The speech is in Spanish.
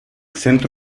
centro